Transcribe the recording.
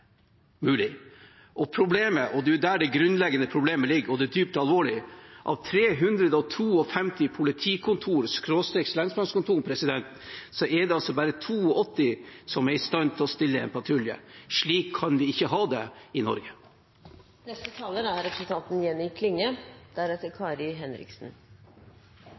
mulig. Problemet – og det er der det grunnleggende problemet ligger, og det er dypt alvorlig – er at av 352 politikontor/lensmannskontor er det altså bare 82 som er i stand til å stille en patrulje. Slik kan vi ikke ha det i